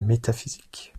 métaphysique